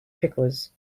pickles